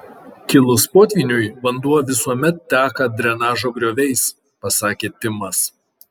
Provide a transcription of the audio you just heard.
kilus potvyniui vanduo visuomet teka drenažo grioviais pasakė timas